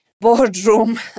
boardroom